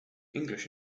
english